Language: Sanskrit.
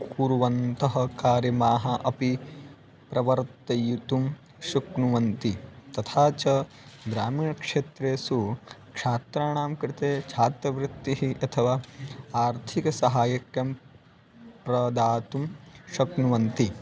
कुर्वन्तः कार्यक्रमाः अपि प्रवर्तयितुं शक्नुवन्ति तथा च ग्रामीणक्षेत्रेषु छात्राणां कृते छात्रवृत्तिः अथवा आर्थिकसहायं प्रदातुं शक्नुवन्ति